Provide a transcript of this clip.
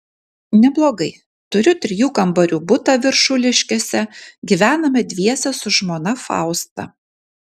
neblogai turiu trijų kambarių butą viršuliškėse gyvename dviese su žmona fausta